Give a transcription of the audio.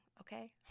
okay